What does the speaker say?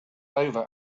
over